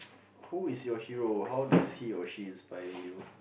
who is your hero how does he or she inspire you